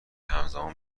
همزمان